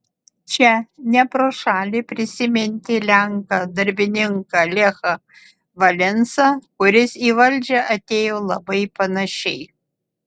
čia ne pro šalį prisiminti lenką darbininką lechą valensą kuris į valdžią atėjo labai panašiai